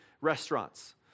restaurants